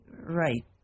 Right